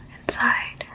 inside